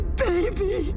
baby